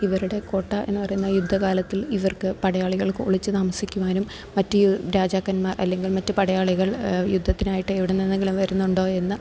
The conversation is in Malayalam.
ഇവരുടെ കോട്ട എന്ന് പറയുന്നത് യുദ്ധകാലത്തിൽ ഇവർക്ക് പടയാളികൾക്ക് ഒളിച്ച് താമസിക്കുവാനും മറ്റ് രാജാക്കന്മാർ അല്ലെങ്കിൽ മറ്റ് പടയാളികൾ യുദ്ധത്തിനായിട്ട് എവിടെ നിന്നെങ്കിലും വരുന്നുണ്ടോ എന്ന്